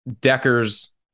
Decker's